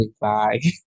bye